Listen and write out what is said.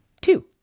two